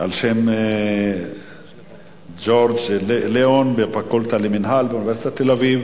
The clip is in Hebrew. על-שם ז'ורז' לוואן בפקולטה למינהל באוניברסיטת תל-אביב.